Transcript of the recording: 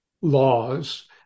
laws